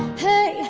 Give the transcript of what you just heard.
hi,